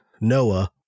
Noah